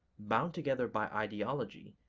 bound together by ideology,